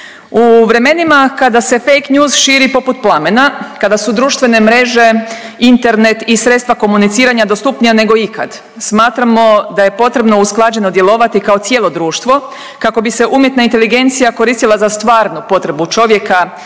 U vremenima kada se fake news širi poput plamena, kada su društvene mreže Internet i sredstva komuniciranja dostupnija nego ikad smatramo da je potrebno usklađeno djelovati kao cijelo društvo kako bi se umjetna inteligencija koristila za stvarnu potrebu čovjeka